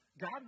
God